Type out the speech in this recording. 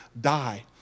die